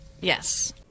Yes